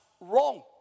wrong